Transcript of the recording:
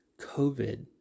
COVID